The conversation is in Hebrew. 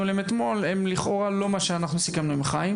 אליהן אתמול הן לא לכאורה לא מה שסיכמנו עם חיים,